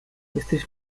jesteś